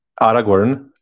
Aragorn